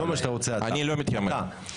אני לא מתיימר.